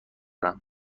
دارم